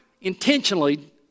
intentionally